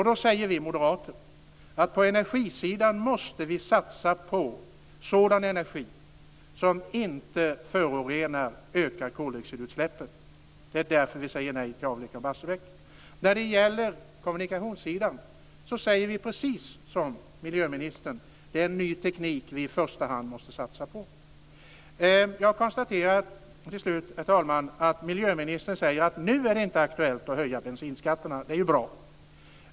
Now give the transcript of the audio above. Då säger vi moderater att vi på energisidan måste satsa på sådan energi som inte förorenar och ökar koldioxidutsläppen. Det är därför vi säger nej till avvecklingen av Barsebäck. När det gäller kommunikationssidan säger vi precis som miljöministern: Det är ny teknik vi i första hand måste satsa på. Jag konstaterar till slut, herr talman, att miljöministern säger att det nu inte är aktuellt att höja bensinskatterna. Det är bra.